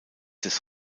des